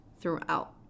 throughout